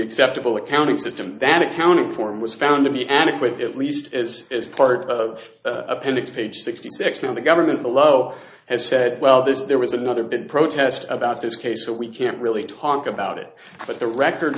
acceptable accounting system that accounting form was found to be adequately at least as as part of appendix page sixty six when the government below has said well this there was another big protest about this case so we can't really talk about it but the record